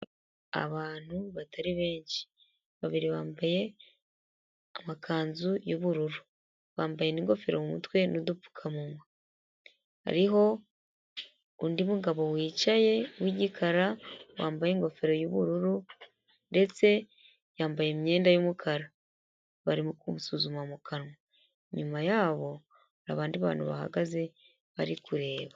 Abantu batari benshi, babiri bambaye amakanzu y'ubururu, bambaye n'ingofero mu mutwe n'udupfukamunwa. Hariho undi mugabo wicaye w'igikara, wambaye ingofero y'ubururu ndetse yambaye imyenda y'umukara barimo kumusuzuma mu kanwa. Nyuma yaho hari abandi bantu bahagaze bari kureba.